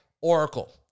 Oracle